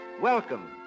Welcome